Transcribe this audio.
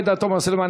עאידה תומא סלימאן,